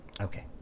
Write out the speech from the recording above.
Okay